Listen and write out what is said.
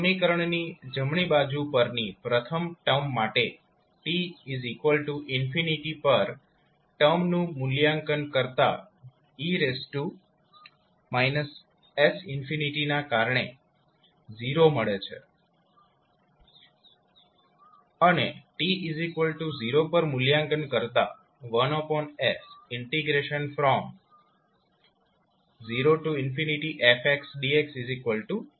સમીકરણની જમણી બાજુ પરની પ્રથમ ટર્મ માટે t પર ટર્મનું મૂલ્યાંકન કરતા e s ના કારણે 0 મળે છે અને t 0 પર મૂલ્યાંકન કરતા 1s00fdx0 મળે છે